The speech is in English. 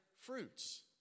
fruits